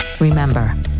Remember